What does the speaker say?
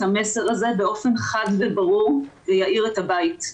המסר הזה באופן חד וברור ויאיר את הבית,